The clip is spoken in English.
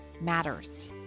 matters